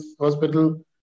Hospital